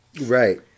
Right